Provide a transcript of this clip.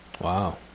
Wow